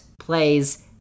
plays